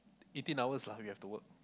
eighteen hours lah we have to work